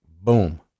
Boom